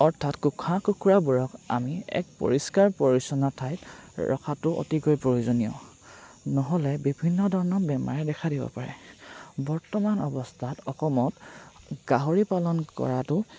অৰ্থাৎ কুকুৰা কুকুৰাবোৰক আমি এক পৰিষ্কাৰ পৰিচ্ছন্ন ঠাইত ৰখাটো অতিকৈ প্ৰয়োজনীয় নহ'লে বিভিন্ন ধৰণৰ বেমাৰে দেখা দিব পাৰে বৰ্তমান অৱস্থাত অসমত গাহৰি পালন কৰাটো